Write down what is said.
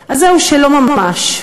אז זהו, שלא ממש.